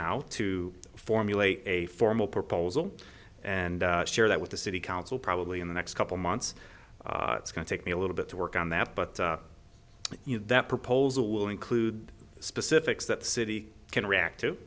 now to formulate a formal proposal and share that with the city council probably in the next couple months it's going to take me a little bit to work on that but that proposal will include specifics that city can react to